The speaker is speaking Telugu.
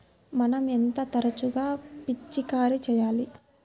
మనం ఎంత తరచుగా పిచికారీ చేయాలి?